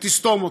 ותסתום אותם.